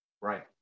Right